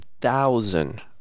thousand